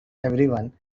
everyone